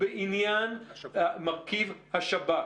בעניין מרכיב השב"כ.